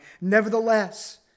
Nevertheless